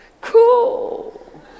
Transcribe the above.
cool